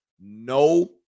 No